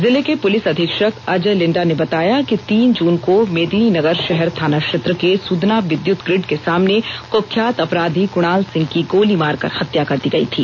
जिले के पुलिस अधीक्षक अजय लिंडा ने बताया कि मालूम हो कि तीन जून को मेदिनीनगर शहर थाना क्षेत्र के सुदना विद्युत ग्रिड के सामने कुख्यात अपराधी कुणाल सिंह की गोली मारकर हत्या कर दी गयी थी